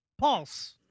Pulse